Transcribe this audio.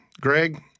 Greg